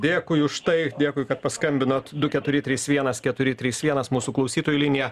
dėkui už tai dėkui kad paskambinot du keturi trys vienas keturi trys vienas mūsų klausytojų linija